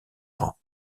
rangs